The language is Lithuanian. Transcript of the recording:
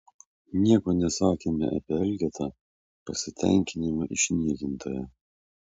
nieko nesakėme apie elgetą pasitenkinimo išniekintoją